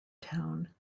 town